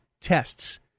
tests